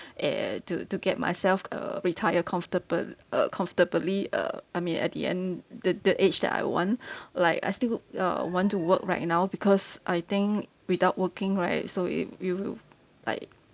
err to to get myself uh retire comfortable uh comfortably uh I mean at the end the the age that I want like I still uh want to work right now because I think without working right so it you will like